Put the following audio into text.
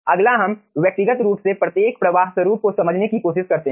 अगला हम व्यक्तिगत रूप से प्रत्येक प्रवाह स्वरूप को समझने की कोशिश करते हैं